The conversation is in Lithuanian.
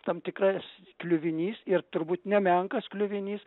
tam tikras kliuvinys ir turbūt nemenkas kliuvinys